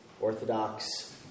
Orthodox